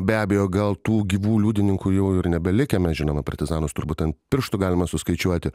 ne be abejo gal tų gyvų liudininkų jau ir nebelikę mes žinoma partizanus turbūt ant pirštų galima suskaičiuoti